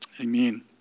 Amen